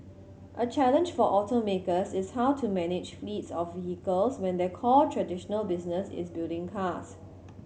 a challenge for automakers is how to manage fleets of vehicles when their core traditional business is building cars